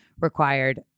required